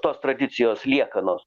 tos tradicijos liekanos